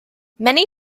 many